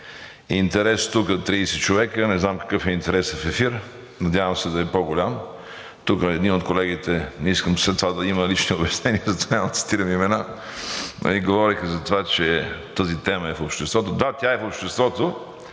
интерес тука от 30 човека – не знам какъв е интересът в ефир, надявам се, да е по-голям. Тук един от колегите – не искам след това да има лични обяснения, затова няма да цитирам имена, говори за това, че тази тема е в обществото. Да, тя е в обществото